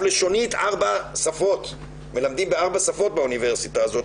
לשונית מלמדים בארבע שפות באוניברסיטה הזאת,